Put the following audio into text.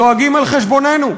דואגים על חשבוננו,